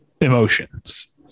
emotions